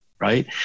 Right